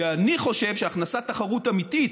כי אני חושב שהכנסת תחרות אמיתית,